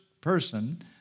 person